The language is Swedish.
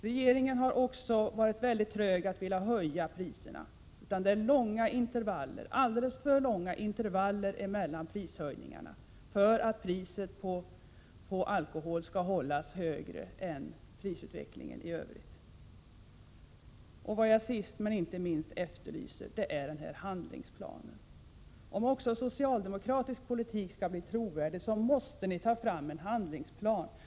Regeringen har varit mycket trög med att höja priserna. Det har varit långa intervaller — alltför långa — mellan prishöjningarna. Priset på alkohol har inte följt med prisutvecklingen i övrigt. Sist men inte minst efterlyser jag en handlingsplan. Om socialdemokratisk politik skall förbli trovärdig måste en handlingsplan tas fram.